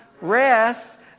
rest